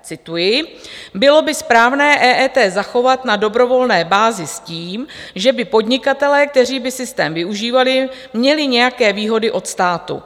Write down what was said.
Cituji: Bylo by správné EET zachovat na dobrovolné bázi s tím, že by podnikatelé, kteří by systém využívali, měli nějaké výhody od státu.